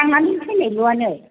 थांनानै फैनायल'आनो